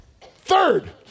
third